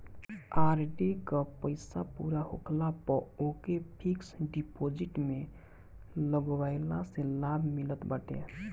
RD कअ पईसा पूरा होखला पअ ओके फिक्स डिपोजिट में लगवला से लाभ मिलत बाटे